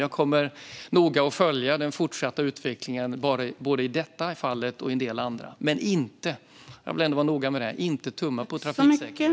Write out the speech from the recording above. Jag kommer noga att följa den fortsatta utvecklingen både i detta fall och i en del andra fall men inte - jag vill vara noga med detta - tumma på trafiksäkerheten.